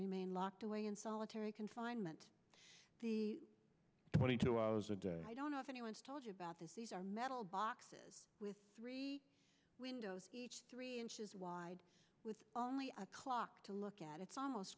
remain locked away in solitary confinement the twenty two i don't know if anyone's told you about this these are metal boxes with three windows each three inches wide with only a clock to look at it's almost